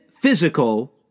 physical